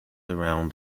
around